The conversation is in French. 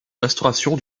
restauration